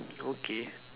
okay